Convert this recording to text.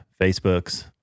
Facebooks